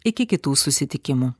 iki kitų susitikimų